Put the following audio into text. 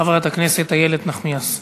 חברת הכנסת איילת נחמיאס ורבין,